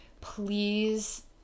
please